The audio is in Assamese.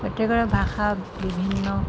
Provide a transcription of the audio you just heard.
প্ৰত্যেকৰে ভাষা বিভিন্ন